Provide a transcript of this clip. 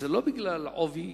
אינה בגלל עובי